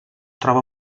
troba